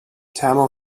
tamil